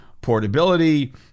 portability